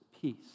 peace